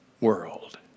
world